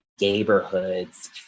neighborhoods